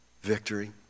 victory